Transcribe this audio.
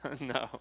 No